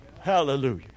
Hallelujah